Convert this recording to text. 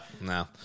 No